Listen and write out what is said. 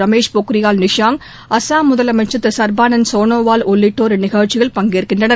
ரமேஷ் பொக்ரியால் நிஷாங்க் அசாம் முதலமைச்சர் திரு சர்பானந்த சோனாவால் உள்ளிட்டோர் இந்நிகழ்ச்சியில் பங்கேற்கின்றனர்